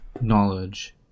knowledge